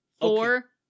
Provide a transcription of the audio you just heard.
Four